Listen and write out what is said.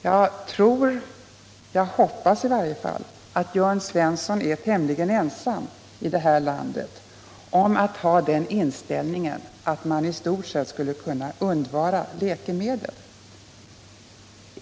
Jag tror — eller hoppas i alla fall — att Jörn Svensson är tämligen ensam i det här landet om att ha den inställningen att man i stort sett skulle kunna undvara läkemedel.